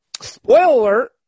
Spoiler